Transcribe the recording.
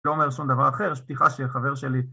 ‫לא אומר שום דבר אחר, יש בדיחה של חבר שלי